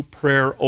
prayer